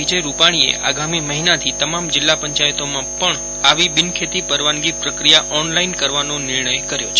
વિજય ભાઈ રૂપાણી એ આગામી મહિનાથી તમામ જિલ્લા પંચાયતો માં પણ આવી બિનખેતી પરવાનગી પ્રક્રિયા ઓન લાઈન કરવા નો નિર્ણય કર્યો છે